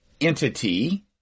entity